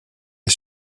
est